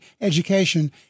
education